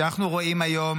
כשאנחנו רואים היום